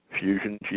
fusion